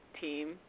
team